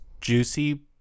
juicy